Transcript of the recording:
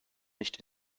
nicht